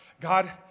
God